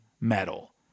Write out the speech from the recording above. metal